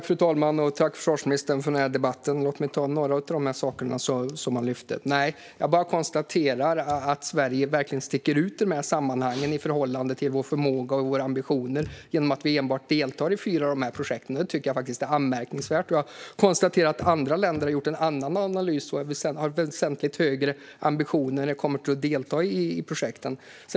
Fru talman! Tack, försvarsministern, för debatten! Låt mig ta upp några av de saker som ministern lyfter. Jag konstaterar bara att Sverige verkligen sticker ut i de här sammanhangen i förhållande till vår förmåga och våra ambitioner genom att vi deltar i enbart fyra av projekten. Det tycker jag är anmärkningsvärt. Jag konstaterar också att andra länder har gjort en annan analys och har väsentligt högre ambitioner när det kommer till att delta i projekten.